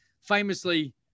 famously